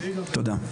תודה.